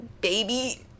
baby